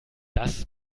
das